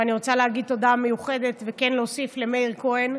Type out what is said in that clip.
ואני רוצה להגיד תודה מיוחדת למאיר כהן,